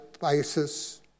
basis